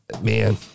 man